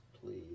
please